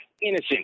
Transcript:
innocent